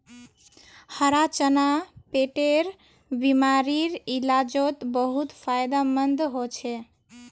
हरा चना पेटेर बिमारीर इलाजोत बहुत फायदामंद होचे